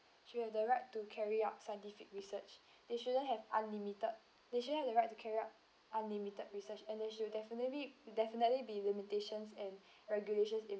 should have the right to carry out scientific research they shouldn't have unlimited they shouldn't have the right to carry out unlimited research and they should definitely definitely be limitations and regulations in